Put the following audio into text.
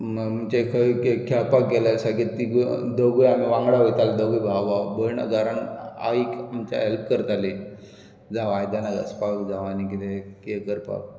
म्हणजे खंय खेळपाक गेले सारके तिगूय दोगूय आमी वांगडा वयताले दोगूय भाव भाव भयण घरा आइक आमच्या हेल्प करताली जावं आयदनां घांसपाक जावं आनी कितें करपाक